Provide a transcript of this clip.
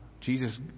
Jesus